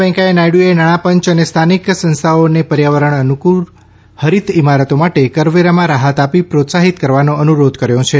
વેંકૈયા નાયડુએ નાણા પંચ અને સ્થાનિક સંસ્થાઓને પર્યાવરણ અનુક્રળ હરીત ઇમારતો માટે કરવેરામાં રાહત આપી પ્રોત્સાહિત કરવાનો અન્રોધ કર્યો છે